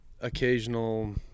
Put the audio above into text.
occasional